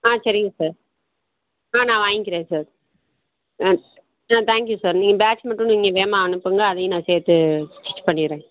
ஆ சரிங்க சார் ஆ நான் வாங்கிக்கிறேன் சார் ஆ ஆ தேங்க்யூ சார் நீங்கள் பேட்ச் மட்டும் நீங்கள் வேகமாக அனுப்புங்கள் அதையும் நான் சேர்த்து ஸ்டிச் பண்ணிடுறேன்